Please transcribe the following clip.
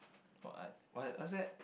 what what what's that